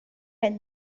right